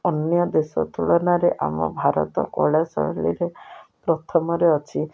ଅନ୍ୟ ଦେଶ ତୁଳନାରେ ଆମ ଭାରତ କଳା ଶୈଳୀରେ ପ୍ରଥମରେ ଅଛି